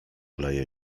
leje